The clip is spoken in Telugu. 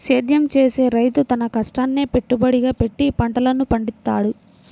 సేద్యం చేసే రైతు తన కష్టాన్నే పెట్టుబడిగా పెట్టి పంటలను పండిత్తాడు